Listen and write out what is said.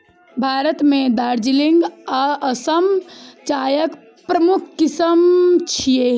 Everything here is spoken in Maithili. भारत मे दार्जिलिंग आ असम चायक प्रमुख किस्म छियै